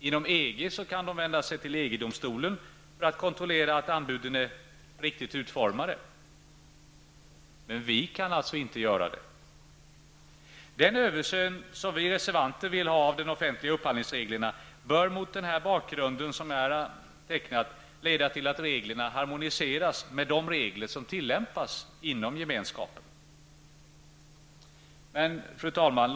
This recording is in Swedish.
Inom EG kan företagen vända sig till EG domstolen för att kontrollera att anbuden är riktigt utformade. Men vi kan alltså inte göra det. Den översyn som vi reservanter vill ha av de offentliga upphandlingsreglerna bör, mot den bakgrund som jag här har tecknat, leda till att reglerna harmoniseras med de regler som tillämpas inom gemenskapen. Fru talman!